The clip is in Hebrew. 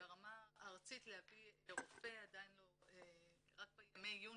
ברמה הארצית להביא רופא, עדיין רק בימי עיון